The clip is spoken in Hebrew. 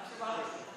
ביי.